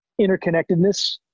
interconnectedness